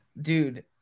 dude